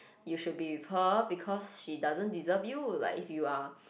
you should be with her because she doesn't deserve you like if you are